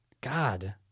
God